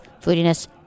foodiness